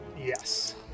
Yes